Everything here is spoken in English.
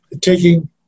taking